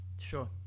sure